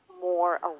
more